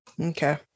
Okay